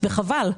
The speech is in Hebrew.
חבל,